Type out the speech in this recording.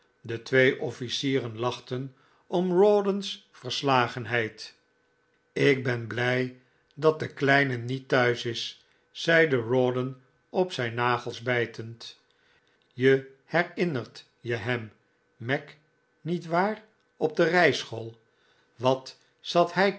de twee ofhcieren lachten om rawdon's verslagenheid ik ben blij dat de kleine niet thuis is zeide rawdon op zijn nagels bijtend je herinnert je hem mac niet waar op de rijschool wat zat hij